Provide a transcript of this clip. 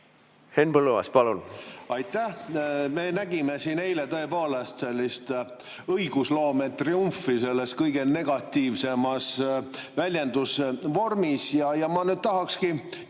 Henn Põlluaas, palun! Aitäh! Me nägime siin eile tõepoolest sellist õigusloome triumfi selle kõige negatiivsemas väljendusvormis. Nüüd ma tahaksingi